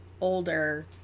older